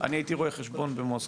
אני הייתי רואה חשבון במוסקבה״.